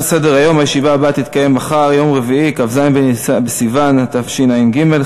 בעד 8, אין נמנעים ואין מתנגדים.